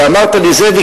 ואמרת לי: זאביק,